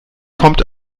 kommt